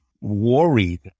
worried